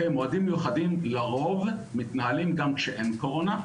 מועדים מיוחדים לרוב מתנהלים גם כשאין קורונה.